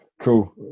cool